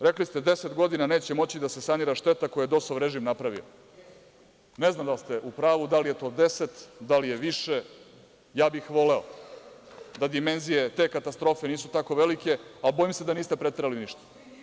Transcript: Rekli ste deset godina neće moći da se sanira šteta koja je DOOS-ov režim napravio. (Vjerica Radeta: Deset godina. ) Ne znam da li ste u pravu, da li je to deset, da li je više, ja bih voleo da dimenzije te katastrofe nisu tako velike, ali bojim se da niste preterali ništa.